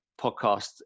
podcast